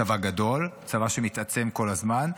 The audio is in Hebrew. צבא גדול, צבא שמתעצם כל הזמן.